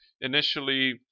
initially